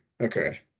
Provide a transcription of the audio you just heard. Okay